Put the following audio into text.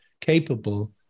capable